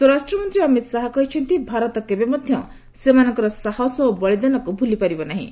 ସ୍ୱରାଷ୍ଟ୍ରମନ୍ତ୍ରୀ ଅମିତ୍ ଶାହା କହିଛନ୍ତି ଭାରତ କେବେ ମଧ୍ୟ ସେମାନଙ୍କର ସାହସ ଓ ବଳିଦାନକୁ ଭୁଲି ପାରିବ ନାହିଁ